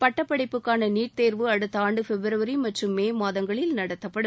பட்டபடிப்புக்கான NEET தேர்வு அடுத்த ஆண்டு பிப்ரவரி மற்றும் மே மாதங்களில் நடத்தப்படும்